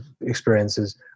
experiences